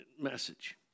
message